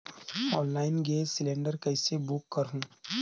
Online gas cylinder कइसे book करहु?